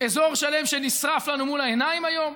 אזור שלם נשרף לנו מול העיניים היום,